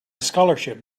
scholarship